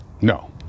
No